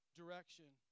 direction